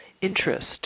interest